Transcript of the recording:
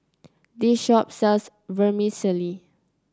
this shop sells Vermicelli